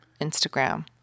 Instagram